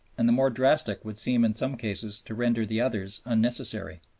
and the more drastic would seem in some cases to render the others unnecessary.